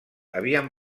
havien